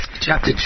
chapter